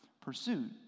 pursuit